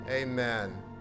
Amen